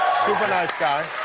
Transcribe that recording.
super nice guy.